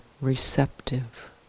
receptive